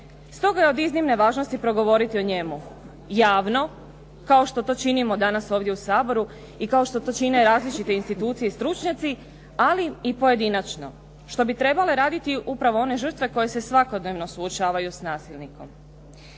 Stoga je od iznimne važnosti progovoriti o njemu javno kao što to činimo danas ovdje u Saboru i kao što to čine različite institucije i stručnjaci, ali i pojedinačno, što bi trebale raditi upravo one žrtve koje se svakodnevno suočavaju s nasilnikom.